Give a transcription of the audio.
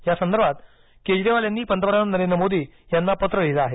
या संदर्भात केजरीवाल यांनी पंतप्रधान नरेंद्र मोदी यांना पत्र लिहिलं आहे